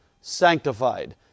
sanctified